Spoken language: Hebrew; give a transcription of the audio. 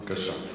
בבקשה.